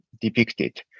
depicted